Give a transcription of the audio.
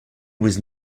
was